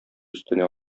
өстенә